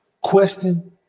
question